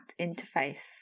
interface